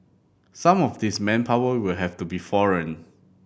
some of this manpower will have to be foreign